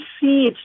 see